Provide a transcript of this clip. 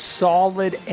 solid